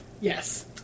Yes